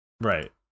Right